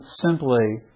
simply